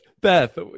beth